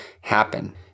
happen